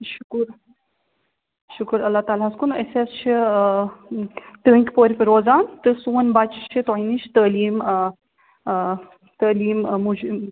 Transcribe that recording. شُکُر شُکُر اللہ تعالیَس کُن اَسہِ حظ چھِ تٔنٛدۍ پورِ پٮ۪ٹھ روزان تہٕ سون بَچہِ چھِ تۄہہِ نِش تعلیٖم آ آ تعلیٖم موجوٗب